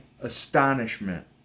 astonishment